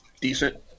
decent